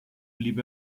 blieb